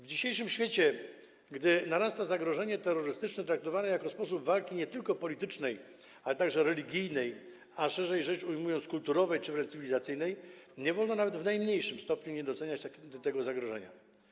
W dzisiejszym świecie, gdy narasta zagrożenie terrorystyczne traktowane jako sposób walki nie tylko politycznej, ale także religijnej, a szerzej rzecz ujmując, kulturowej czy wręcz cywilizacyjnej, nie wolno nawet w najmniejszym stopniu nie doceniać tego zagrożenia.